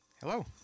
Hello